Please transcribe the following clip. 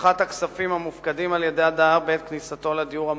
הבטחת הכספים המופקדים על-ידי הדייר בעת כניסתו לדיור המוגן,